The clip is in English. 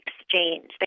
exchange